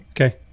Okay